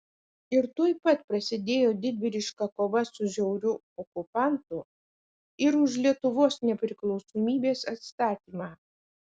ir tuoj pat prasidėjo didvyriška kova su žiauriu okupantu ir už lietuvos nepriklausomybės atstatymą